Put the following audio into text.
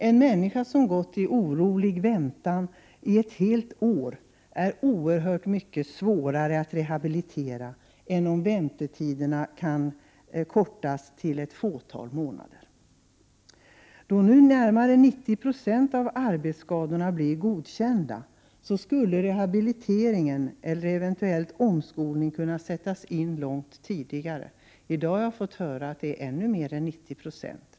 En människa som har gått i orolig väntan i ett helt år är oerhört mycket svårare att rehabilitera än den som har fått väntetiden förkortad till ett fåtal månader. Då nu närmare 90 26 av arbetsskadorna godkänns skulle rehabilitering, eller eventuellt omskolning, kunna sättas in långt tidigare. I dag har jag fått höra att det är ännu mer än 90 26.